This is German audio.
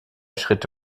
schritte